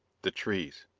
the trees.